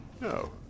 No